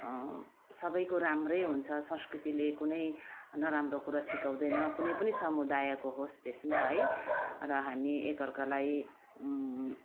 सबैको राम्रै हुन्छ संस्कृतिले कुनै नराम्रो कुरा सिकाउँदैन कुनै पनि समुदायको होस् त्यसमा है र हामी एकअर्कालाई